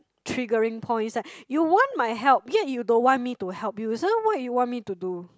triggering points like you want my help yet you don't want me to help you so what you want me to do